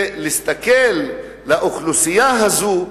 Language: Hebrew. ולהסתכל לאוכלוסייה הזאת,